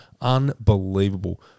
unbelievable